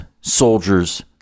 soldiers